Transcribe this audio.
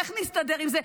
איך נסתדר עם זה?